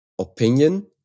opinion